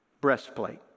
Breastplate